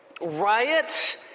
riots